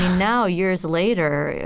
now, years later,